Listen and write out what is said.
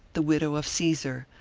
the widow of caesar,